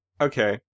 Okay